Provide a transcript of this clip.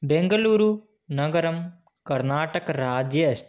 बेङ्गलूरु नगरं कर्नाटकराज्ये अस्ति